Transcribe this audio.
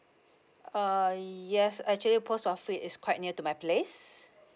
uh yes actually post office is quite near to my place